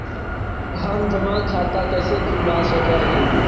हम जमा खाता कैसे खुलवा सक ही?